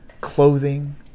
clothing